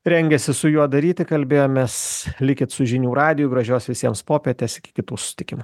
rengiasi su juo daryti kalbėjomės likit su žinių radiju gražios visiems popietės iki kitų susitikimų